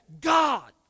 God